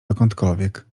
dokądkolwiek